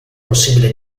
possibile